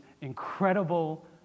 incredible